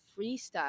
freestyle